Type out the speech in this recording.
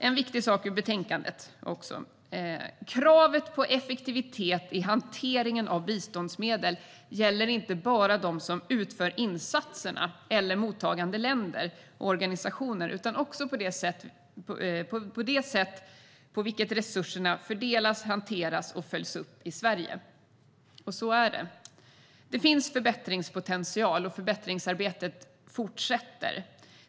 En viktig sak i betänkandet är att kravet på effektivitet i hantering av biståndsmedel inte bara gäller dem som utför insatserna eller mottagande länder och organisationer. Det gäller också det sätt på vilket resurserna fördelas, hanteras och följs upp i Sverige. Så är det. Det finns förbättringspotential, och förbättringsarbetet fortsätter.